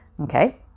okay